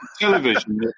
Television